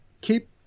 Keep